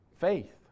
Faith